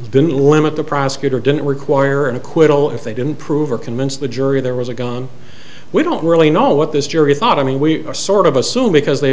then limit the prosecutor didn't require an acquittal if they didn't prove or convince the jury there was a gun we don't really know what this jury thought i mean we are sort of assume because they